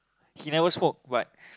he never smoke but